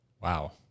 wow